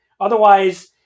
Otherwise